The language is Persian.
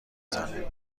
زنه